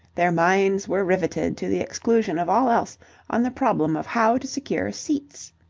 their minds were riveted to the exclusion of all else on the problem of how to secure seats.